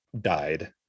died